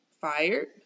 fired